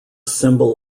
symbol